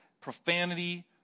profanity